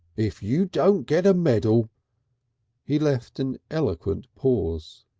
if you don't get a medal he left an eloquent pause.